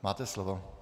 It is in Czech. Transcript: Máte slovo.